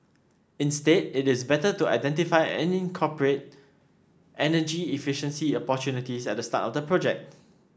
instead it is better to identify and incorporate energy efficiency opportunities at the start of the project